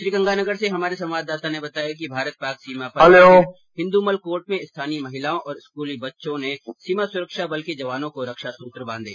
श्रीगंगानगर से हमारे संवाददाता ने बताया कि भारत पाक सीमा पर स्थित हिन्दुमलकोट में स्थानीय महिलाओं और स्कूली बच्चों सीमा सुरक्षा बल के जवानों को रक्षा सुत्र बांधे